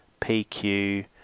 PQ